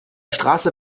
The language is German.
straße